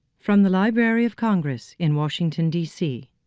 from the library of congress in washington dc.